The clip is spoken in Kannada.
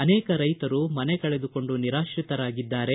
ಆನೇಕ ರೈತರು ಮನೆ ಕಳೆದುಕೊಂಡು ನಿರಾತ್ರಿತರಾಗಿದ್ದಾರೆ